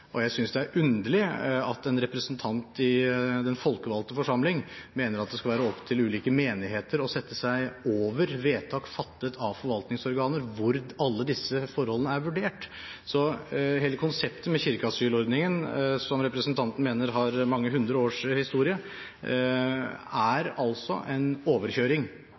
og jeg synes det er underlig at en representant i den folkevalgte forsamling mener at det skal være opp til ulike menigheter å sette seg over vedtak fattet av forvaltningsorganer hvor alle disse forholdene er vurdert. Hele konseptet med kirkeasylordningen, som representanten mener har mange hundre års historie, er altså en overkjøring